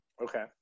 Okay